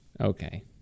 Okay